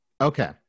okay